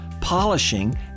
polishing